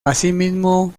asimismo